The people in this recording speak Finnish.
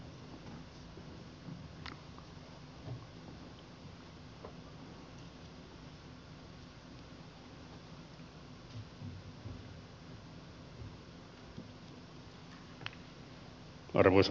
arvoisa puhemies